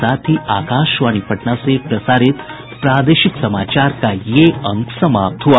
इसके साथ ही आकाशवाणी पटना से प्रसारित प्रादेशिक समाचार का ये अंक समाप्त हुआ